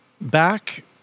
back